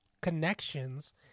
connections